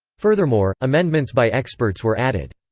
furthermore, amendments by experts were added.